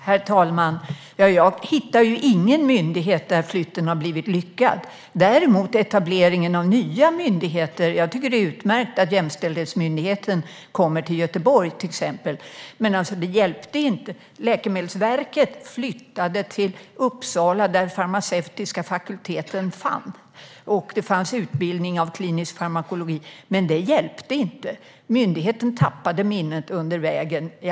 Herr talman! Jag hittar ingen myndighetsflytt som har blivit lyckad. Det är en annan sak med etablering av nya myndigheter. Jag tycker till exempel att det är utmärkt att jämställdhetsmyndigheten kommer till Göteborg. Läkemedelsverket flyttade till Uppsala. Där fanns farmaceutiska fakulteten, och det fanns utbildning i klinisk farmakologi. Men det hjälpte inte. Myndigheten tappade minnet på vägen.